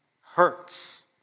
hurts